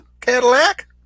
Cadillac